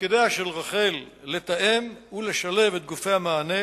מתפקידיה של רח"ל לתאם ולשלב את גופי המענה,